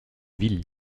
ville